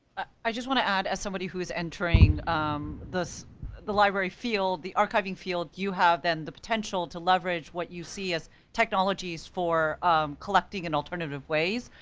i just wanna add as somebody who is entering um the library field, the archiving field, you have then, the potential to leverage what you see as technologies for collecting in alternative ways.